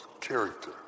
character